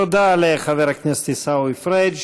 תודה לחבר הכנסת עיסאווי פריג',